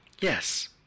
Yes